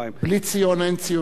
בלי ציון אין ציונות.